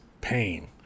pain